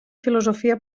filosofia